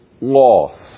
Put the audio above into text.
loss